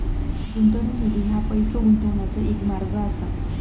गुंतवणूक निधी ह्या पैसो गुंतवण्याचो एक मार्ग असा